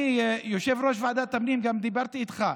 יושב-ראש ועדת הפנים, גם דיברתי איתך.